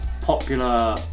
popular